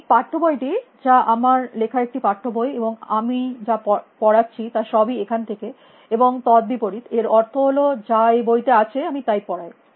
এই পাঠ্য বইটি যা আমার লেখা একটি পাঠ্য বই এবং যা কিছু আমি পড়াচ্ছি তা সবই এখান থেকে এবং তদ্বিপরীত এর অর্থ হল যা এই বইতে আছে আমি তাই পড়াই